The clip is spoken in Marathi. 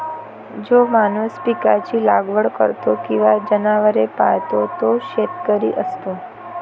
जो माणूस पिकांची लागवड करतो किंवा जनावरे पाळतो तो शेतकरी असतो